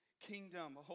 kingdom